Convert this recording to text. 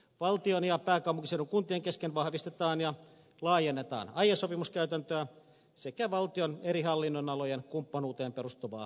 valtion ja pääkaupunkiseudun kuntien kesken vahvistetaan ja laajennetaan aiesopimuskäytäntöä sekä valtion eri hallinnonalojen kumppanuuteen perustuvaa yhteistyötä